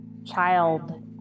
child